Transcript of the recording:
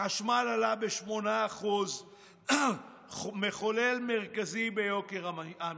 החשמל עלה ב-8% זה מחולל מרכזי ביוקר המחיה.